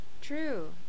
True